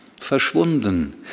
Verschwunden